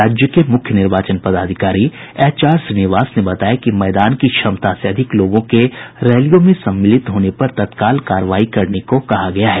राज्य के मुख्य निर्वाचन पदाधिकारी एचआर श्रीनिवास ने बताया कि मैदान की क्षमता से अधिक लोगों के रैलियों में सम्मिलित होने पर तत्काल कार्रवाई करने को कहा गया है